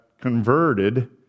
converted